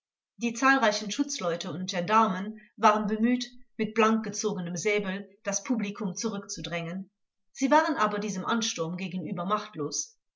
die zahlreichen schutzleute und gendarmen waren bemüht mit blankgezogenem säbel das publikum zurückzudrängen sie waren aber diesem ansturm gegenüber machtlos